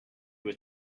were